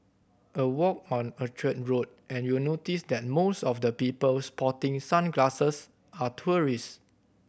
a walk on Orchard Road and you'll notice that most of the people sporting sunglasses are tourists